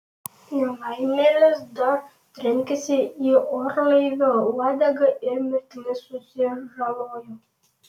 nelaimėlis dar trenkėsi į orlaivio uodegą ir mirtinai susižalojo